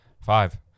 five